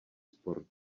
sport